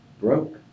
broke